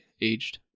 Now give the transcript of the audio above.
Aged